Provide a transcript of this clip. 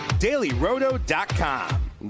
dailyroto.com